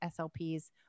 SLPs